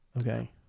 Okay